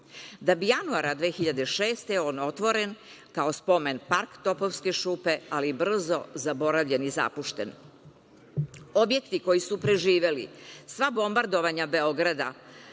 Da bi januara 2006. godine on otvoren, kao spomen park Topovske šupe, ali brzo zaboravljen i zapušten. Objekti koji su preživeli sva bombardovanja Beograda,